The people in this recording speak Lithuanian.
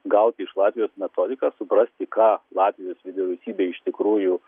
gauti iš latvijos metodiką suprasti ką latvijos vyriausybė iš tikrųjų